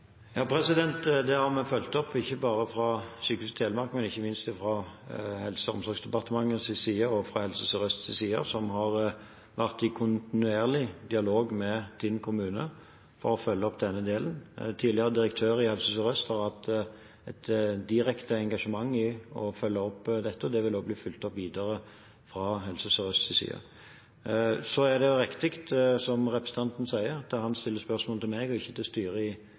Det har vi fulgt opp – ikke bare fra Sykehuset Telemark, men også fra Helse- og omsorgsdepartementets og Helse Sør-Østs side. De har vært i kontinuerlig dialog med Tinn kommune for å følge opp denne delen. Tidligere direktør i Helse Sør-Øst har hatt et direkte engasjement i å følge opp dette, det vil også bli fulgt opp videre fra Helse Sør-Østs side. Det er riktig som representanten sier, at han stiller spørsmål til meg og ikke til styret i